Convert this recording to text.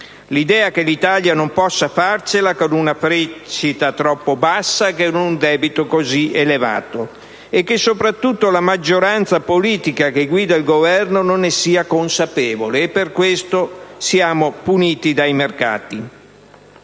l'idea che l'Italia non possa farcela con una crescita troppo bassa e con un debito così elevato, e soprattutto che la maggioranza politica che guida il Governo non ne sia consapevole, e per questo siamo puniti dai mercati.